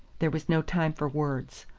there was no time for words.